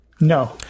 No